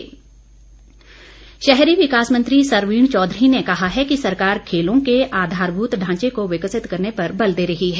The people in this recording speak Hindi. सरवीण चौघरी शहरी विकास मंत्री सरवीण चौघरी ने कहा है कि सरकार खेलों के आधारभूत ढांचे को विकसित करने पर बल दे रही है